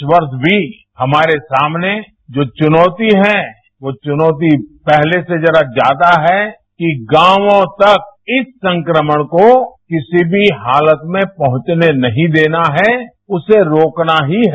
इस वर्ष भी हमारे सामने जो चुनौती है वो चुनौती पहले से जरा ज्यादा है कि गांवों तक इस संक्रमण को किसी भी हालत में पहुंचने नहीं देना है उसे रोकना ही है